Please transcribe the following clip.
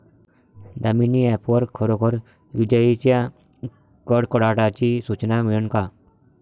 Damini app वर खरोखर विजाइच्या कडकडाटाची सूचना मिळन का?